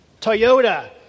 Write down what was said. Toyota